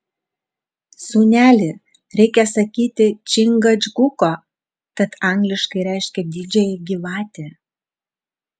sūneli reikia sakyti čingačguko tat angliškai reiškia didžiąją gyvatę